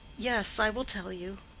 yes, i will tell you.